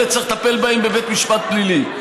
אלה, צריך לטפל בהם בבית משפט פלילי.